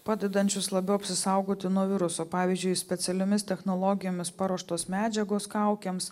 padedančius labiau apsisaugoti nuo viruso pavyzdžiui specialiomis technologijomis paruoštos medžiagos kaukėms